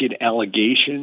allegations